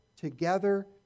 together